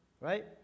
Right